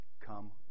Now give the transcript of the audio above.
come